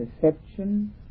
perception